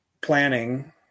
planning